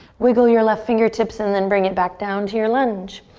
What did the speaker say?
wiggle your left fingertips and then bring it back down to your lunge.